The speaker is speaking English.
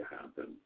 happen